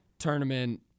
tournament